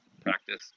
practice